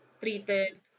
treated